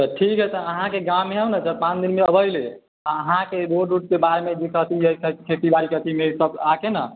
तऽ ठीक हय तऽ अहाँके गाँवमे आयब ने दस पाँच दिनमे अबै लए अहाँके रोड उडके बारेमे सब आके ना